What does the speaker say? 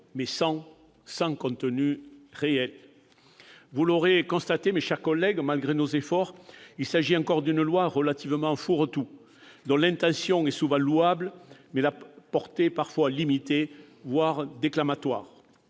mais sans contenu réel ... Vous l'aurez constaté, mes chers collègues, malgré nos efforts, il s'agit encore d'une loi relativement « fourre-tout », dont l'intention est souvent louable, mais dont la portée est parfois limitée, voire déclamatoire.